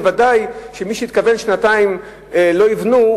ודאי שמי שהתכוון ששנתיים לא יבנו,